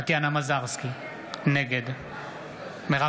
טטיאנה מזרסקי, נגד מרב